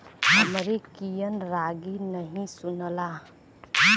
हमरे कियन रागी नही सुनाला